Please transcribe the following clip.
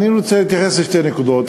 אני רוצה להתייחס לשתי נקודות.